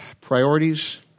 priorities